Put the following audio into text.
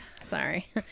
Sorry